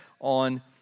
on